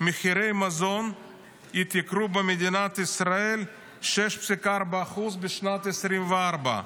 מחירי המזון התייקרו במדינת ישראל ב-6.4% בשנת 2024,